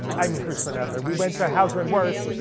i mean herschel and adler, we went to hauser and wirth,